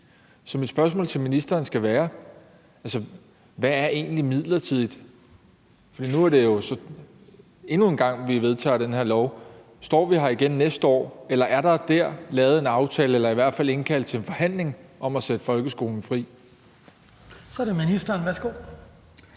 så mit spørgsmål til ministeren skal være: Hvad er egentlig »midlertidigt«? For nu vedtager vi jo så den her lov endnu en gang. Står vi her igen næste år, eller er der dér lavet en aftale eller i hvert fald indkaldt til en forhandling om at sætte folkeskolen fri? Kl. 17:31 Den fg.